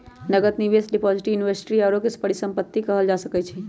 नकद, निवेश, depository, inventory आउरो के परिसंपत्ति कहल जा सकइ छइ